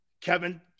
Kevin